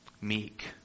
meek